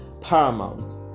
paramount